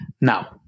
Now